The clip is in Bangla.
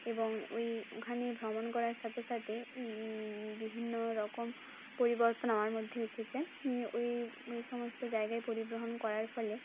এবং ওই ওখানে ভ্রমণ করার সাথে সাথে বিভিন্ন রকম পরিবর্তন আমার মধ্যে এসেছে নিয়ে ওই ওই সমস্ত জায়গায় পরিবহন করার ফলে